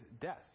death